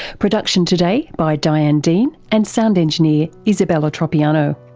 production today by diane dean and sound engineer isabella troppiano.